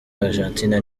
argentine